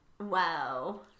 Wow